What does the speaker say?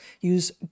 Use